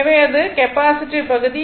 எனவே இது r capacitive பகுதி